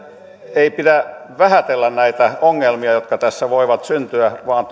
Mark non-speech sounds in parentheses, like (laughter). ei pidä vähätellä näitä ongelmia jotka tässä voivat syntyä vaan (unintelligible)